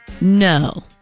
No